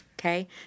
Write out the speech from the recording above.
Okay